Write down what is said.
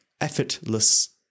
effortless